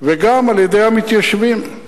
וגם על-ידי המתיישבים.